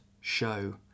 show